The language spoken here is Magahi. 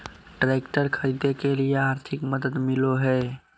ट्रैक्टर खरीदे के लिए आर्थिक मदद मिलो है?